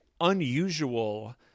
unusual